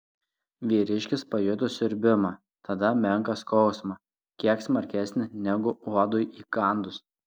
vyriškis pajuto siurbimą tada menką skausmą kiek smarkesnį negu uodui įkandus